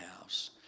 house